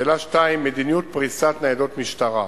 שאלה 2, מדיניות פריסת ניידות משטרה